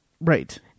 Right